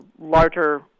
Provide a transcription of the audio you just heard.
larger